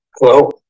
Hello